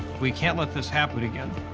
we can't let this happen again.